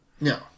No